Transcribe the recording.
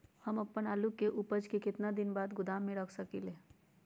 हम अपन आलू के ऊपज के केतना दिन बाद गोदाम में रख सकींले?